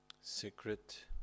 Secret